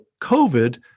COVID